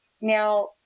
Now